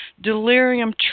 Delirium